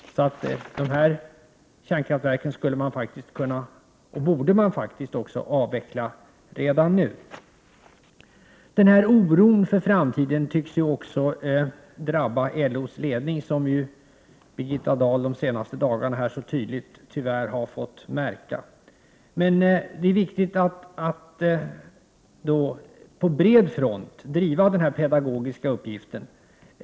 De aktuella kärnkraftverken borde faktiskt kunna avvecklas redan nu. Den oro för framtiden som det talas om tycks också drabba LO:s ledning, vilket Birgitta Dahl under de senaste dagarna — något som väl beklagas — så tydligt har fått erfara. Men det är viktigt att fortsätta på bred front med den här pedagogiska uppgiften.